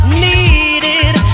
needed